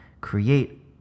create